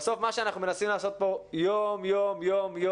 בסוף מה שאנחנו מנסים לעשות פה יום-יום זה